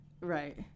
right